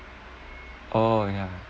oh ya